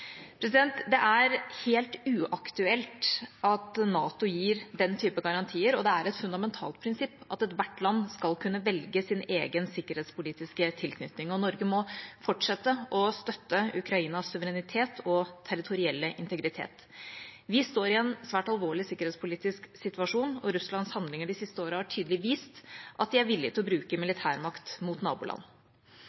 Det er helt uaktuelt at NATO gir den type garantier, og det er et fundamentalt prinsipp at ethvert land skal kunne velge sin egen sikkerhetspolitiske tilknytning, og Norge må fortsette å støtte Ukrainas suverenitet og territorielle integritet. Vi står i en svært alvorlig sikkerhetspolitisk situasjon, og Russlands handlinger de siste årene har tydelig vist at de er villige til å bruke